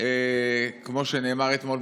וכמו שנאמר אתמול,